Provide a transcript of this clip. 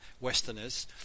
westerners